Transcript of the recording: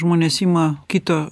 žmonės ima kito